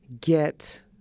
get